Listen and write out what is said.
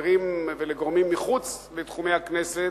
לחברים ולגורמים מחוץ לתחומי הכנסת,